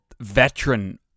veteran